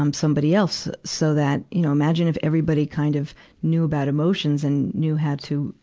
um somebody else. so that, you know, imagine if everybody kind of knew about emotions and knew how to,